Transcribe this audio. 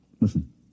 Listen